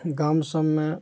गाम सबमे